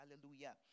Hallelujah